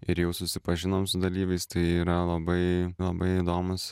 ir jau susipažinom su dalyviais tai yra labai labai įdomūs